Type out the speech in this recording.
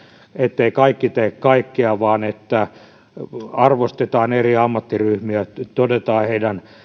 etteivät kaikki tee kaikkea vaan arvostetaan eri ammattiryhmiä ja todetaan heidän